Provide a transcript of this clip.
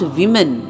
women